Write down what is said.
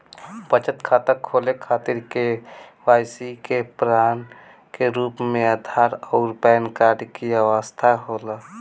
बचत खाता खोले खातिर के.वाइ.सी के प्रमाण के रूप में आधार आउर पैन कार्ड की आवश्यकता होला